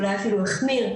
אולי אפילו החמיר.